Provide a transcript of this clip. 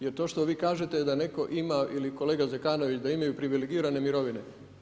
Jer to što vi kažete da netko ima ili kolega Zekanović da imaju privilegirane mirovine.